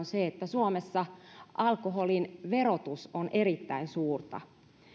se että suomessa alkoholin verotus on erittäin suurta